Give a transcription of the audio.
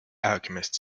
alchemist